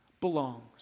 belongs